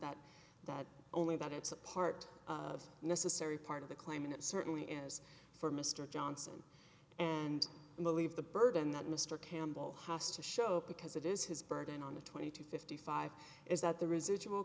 that that only that it's a part of the necessary part of the claim and it certainly is for mr johnson and will leave the burden that mr campbell has to show up because it is his burden on the twenty to fifty five is that the residual